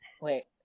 Wait